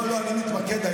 לא נתמקד,